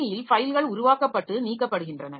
கணினியில் ஃபைல்கள் உருவாக்கப்பட்டு நீக்கப்படுகின்றன